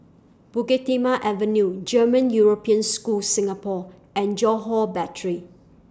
Bukit Timah Avenue German European School Singapore and Johore Battery